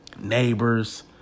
neighbors